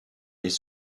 les